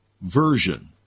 version